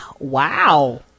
wow